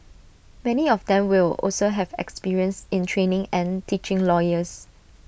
many of them will also have experience in training and teaching lawyers